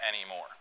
anymore